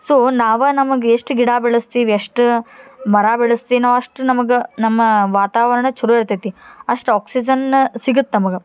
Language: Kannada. ಸೊ ನಾವು ನಮಗೆ ಎಷ್ಟು ಗಿಡ ಬೆಳೆಸ್ತೀವಿ ಅಷ್ಟು ಮರ ಬೆಳೆಸ್ತಿನೋ ಅಷ್ಟು ನಮಗೆ ನಮ್ಮ ವಾತಾವರಣ ಚಲೋ ಇರ್ತೈತಿ ಅಷ್ಟು ಆಕ್ಸಿಜನ್ ಸಿಗತ್ತೆ ನಮಗೆ